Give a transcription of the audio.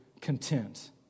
content